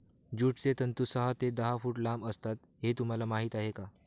ज्यूटचे तंतू सहा ते दहा फूट लांब असतात हे तुम्हाला माहीत आहे का